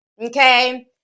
Okay